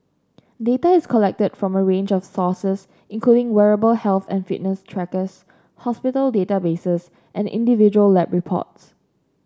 data is collected from a range of sources including wearable health and fitness trackers hospital databases and individual lab reports